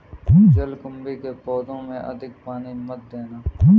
जलकुंभी के पौधों में अधिक पानी मत देना